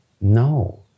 No